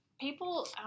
people